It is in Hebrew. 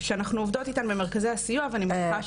שאנחנו עובדות איתן במרכזי הסיוע ואני מניחה